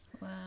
Wow